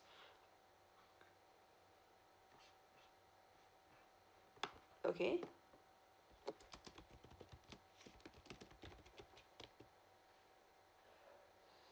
okay